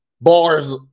bars